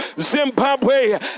Zimbabwe